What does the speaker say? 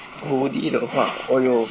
hoodie 的话我有